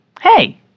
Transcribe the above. Hey